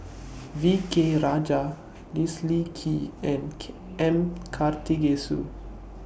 V K Rajah Leslie Kee and M Karthigesu